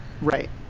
right